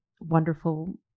wonderful